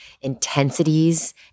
intensities